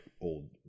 old